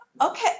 okay